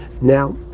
Now